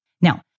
Now